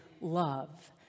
love